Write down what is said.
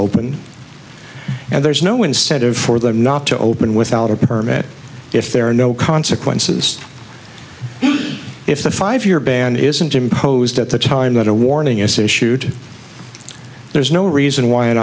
open and there's no incentive for them not to open without a permit if there are no consequences if the five year ban isn't imposed at the time that a warning is issued there's no reason why